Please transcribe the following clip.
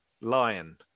lion